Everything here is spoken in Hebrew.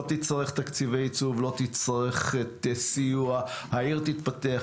לא תצטרך תקציבי ייצוב ולא תצטרך סיוע אלא העיר תתפתח.